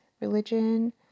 religion